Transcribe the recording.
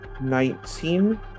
Nineteen